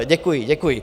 Děkuji, děkuji.